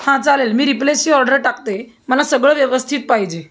हां चालेल मी रिप्लेसची ऑर्डर टाकते मला सगळं व्यवस्थित पाहिजे